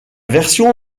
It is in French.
version